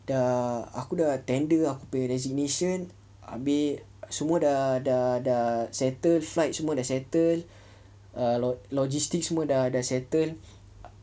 dah aku dah tender aku punya resignation abeh semua dah dah dah settle flights semua dah settle logistics semua settle